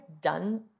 done